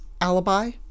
alibi